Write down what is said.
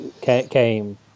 came